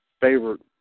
favorite